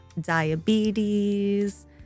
diabetes